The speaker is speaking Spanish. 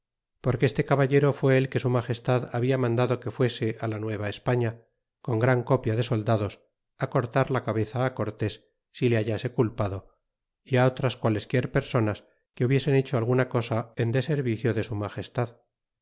porque este caballero fué el que su magestad habia mandado que fuese la nueva españa con gran copia de soldados cortar la cabeza cortés si le hallase culpado e otras cualesquier personas que hubiesen hecho alguna cosa en deservicio de su magestad